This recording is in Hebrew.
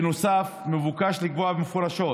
בנוסף, מבוקש לקבוע מפורשות